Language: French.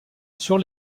sur